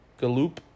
galoop